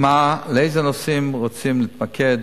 באיזה נושאים רוצים להתמקד?